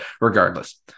regardless